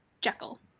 Jekyll